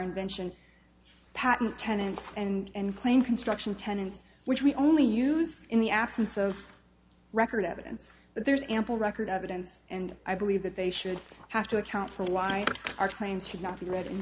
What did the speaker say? invention patent tenants and claim construction tenants which we only use in the absence of record evidence that there's ample record evidence and i believe that they should have to account for why our claims should not be read